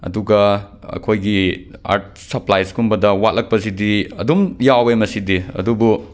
ꯑꯗꯨꯒ ꯑꯩꯈꯣꯏꯒꯤ ꯑꯥꯔꯠ ꯁꯄ꯭ꯂꯥꯏꯁꯀꯨꯝꯕꯗ ꯋꯥꯠꯂꯛꯄꯁꯤꯗꯤ ꯑꯗꯨꯝ ꯌꯥꯎꯋꯦ ꯃꯁꯤꯗꯤ ꯑꯗꯨꯕꯨ